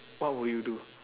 what would you do